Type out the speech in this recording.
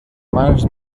mans